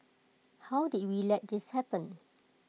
how did we let this happen